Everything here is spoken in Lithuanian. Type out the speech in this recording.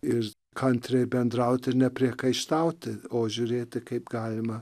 ir kantriai bendrauti ir nepriekaištauti o žiūrėti kaip galima